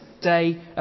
day